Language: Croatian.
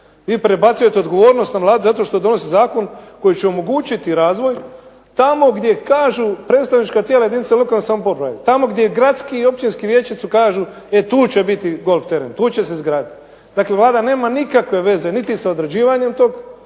Vi prebacujete odgovornost na Vladu zato što donosi zakon koji će omogućiti razvoj tamo gdje kažu predstavnička tijela jedinica lokalne samouprave, tamo gdje gradski i općinski vijećnici kažu e tu će biti golf teren, tu će se izgraditi. Dakle Vlada nema nikakve veze niti sa određivanjem tog